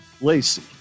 Lacey